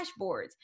dashboards